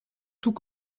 tous